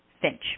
Finch